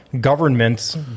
governments